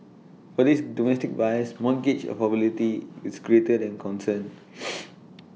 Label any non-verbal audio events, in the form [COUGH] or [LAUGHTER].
for these domestic buyers mortgage affordability is greater than concern [NOISE]